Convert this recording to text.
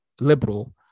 liberal